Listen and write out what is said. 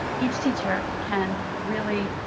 each teacher can really